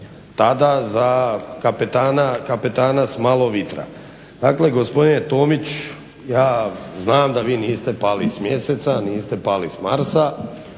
tada za kapetana s malo vitra. Dakle, gospodine Tomić ja znam da vi niste pali s Mjeseca, niste pali s Marsa,